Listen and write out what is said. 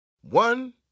One